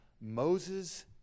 Moses